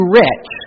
rich